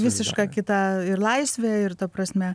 visiška kita ir laisvė ir ta prasme